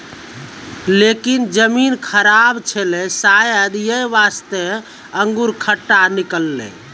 लेकिन जमीन खराब छेलै शायद यै वास्तॅ अंगूर खट्टा निकललै